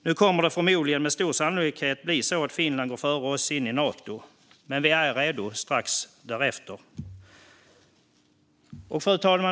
Nu kommer det sannolikt att bli så att Finland går före oss in i Nato, men vi står redo strax därefter.